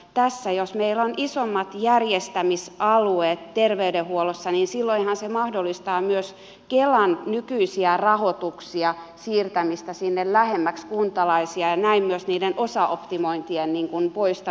tässä jos meillä on isommat järjestämisalueet terveydenhuollossa niin silloinhan se mahdollistaa myös kelan nykyisiä rahoituksia siirtämistä sinne lähemmäksi kuntalaisia ja näin myös niiden osaoptimointien poistamista